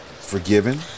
forgiven